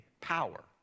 power